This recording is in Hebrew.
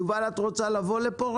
יובל, את רוצה לבוא לכאן?